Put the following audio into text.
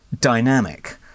dynamic